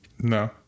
No